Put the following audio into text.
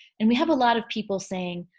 and we have a lot of people saying,